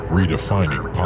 Redefining